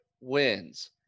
wins